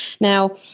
now